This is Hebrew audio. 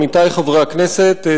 עמיתי חברי הכנסת,